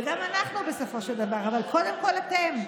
גם אנחנו בסופו של דבר, אבל קודם כול אתם.